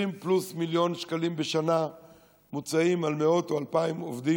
20 פלוס מיליון שקלים בשנה מוצאים על מאות או אלפי עובדים,